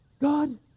God